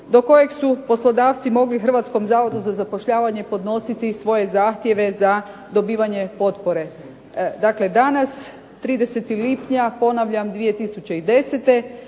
do kojeg su poslodavci mogli Hrvatskom zavodu za zapošljavanje podnositi svoje zahtjeve za dobivanje potpore. Dakle danas 30. lipnja ponavljam 2010.